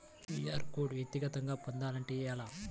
QR code వ్యక్తిగతంగా పొందాలంటే ఎలా?